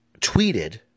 tweeted